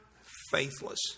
faithless